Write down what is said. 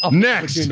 um next,